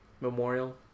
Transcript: Memorial